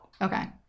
Okay